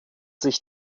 sich